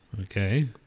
Okay